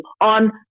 on